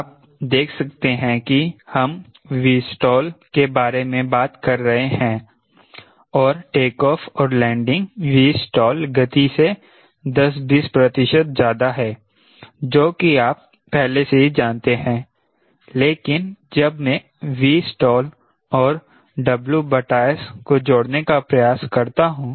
आप देख सकते हैं कि हम Vstall के बारे में बात कर रहे हैं और टेकऑफ़ और लैंडिंग Vstall गति से 10 20 प्रतिशत ज्यादा है जो की आप पहले से ही जानते हैं लेकिन जब मैं Vstall और WS को जोड़ने का प्रयास करता हूं